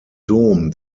dom